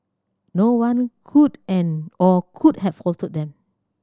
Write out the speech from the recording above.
no one could and or could have faulted them